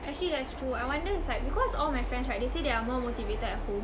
actually that's true I wonder is like because all my friends right they say they are more motivated at home